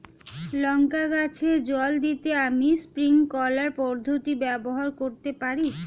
লঙ্কা গাছে জল দিতে আমি স্প্রিংকলার পদ্ধতি ব্যবহার করতে পারি?